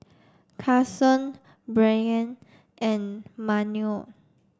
Karson Brynn and Manuel